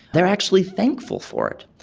they are actually thankful for it.